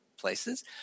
places